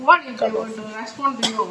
what if they were to respond to you